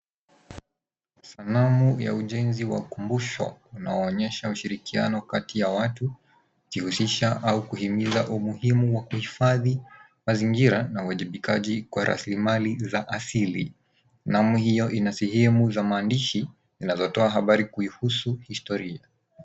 Sanamu ya ujenzi wa ukumbusho unaonyesha ushirikiano kati ya watu, ikuhisisha au kuhimiza umuhimu wa kuhifadhi mazingira na uwajibikaji kwa rasilimali za asili. Sanamu ina sehemu za maandishi zinazotoa habari kuihusu historia.